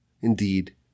indeed